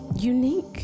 unique